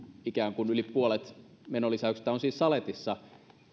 ikään kuin yli puolet menolisäyksistä on siis saletissa